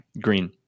Green